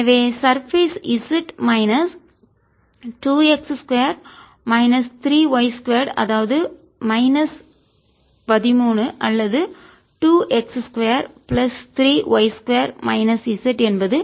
எனவேசர்பேஸ் z minus 2 x 2 minus 3 y 2 அதாவது minus 13 அல்லது 2 x 2 plus 3 y 2 minus z என்பது 13 க்கு சமம்இதுதான் பதில்